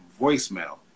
voicemail